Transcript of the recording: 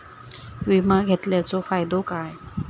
विमा घेतल्याचो फाईदो काय?